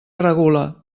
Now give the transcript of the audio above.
regula